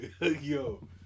yo